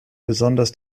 besonders